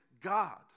God